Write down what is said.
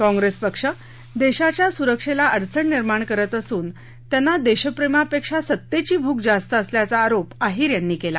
कॉंग्रेस पक्ष देशाच्या सुरक्षेला अडचण निर्माण करत असून त्यांना देशप्रेमापेक्षा सत्तेची भूक जास्त असल्याचा आरोप अहिर यांनी यावेळी केला